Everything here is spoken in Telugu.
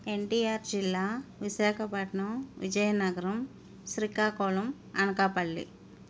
ఎన్టీఆర్ జిల్లా విశాఖపట్నం విజయనగరం శ్రీకాకుళం అనకాపల్లి